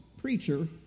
preacher